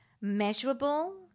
measurable